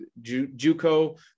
JUCO